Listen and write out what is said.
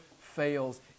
fails